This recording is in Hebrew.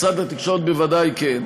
משרד התקשורת בוודאי כן,